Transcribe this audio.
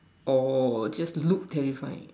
orh just to look terrifying